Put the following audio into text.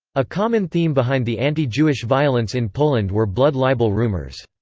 a common theme behind the anti-jewish violence in poland were blood libel rumours.